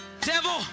Devil